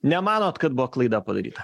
nemanot kad buvo klaida padaryta